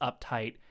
uptight